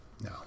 No